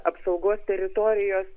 apsaugos teritorijos